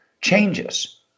changes